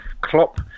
Klopp